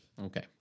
Okay